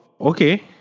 Okay